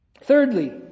Thirdly